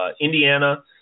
Indiana